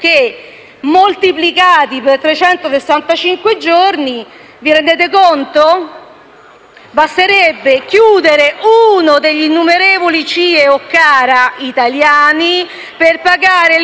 moltiplicati per 365 giorni. Vi rendete conto? Basterebbe chiudere uno degli innumerevoli CIE o CARA italiani per pagare l'intera